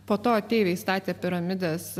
po to ateiviai statė piramides